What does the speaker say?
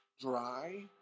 dry